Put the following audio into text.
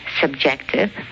subjective